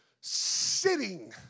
sitting